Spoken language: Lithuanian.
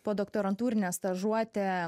podoktorantūrinę stažuotę